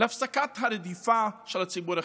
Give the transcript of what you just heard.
להפסקת הרדיפה של הציבור החרדי,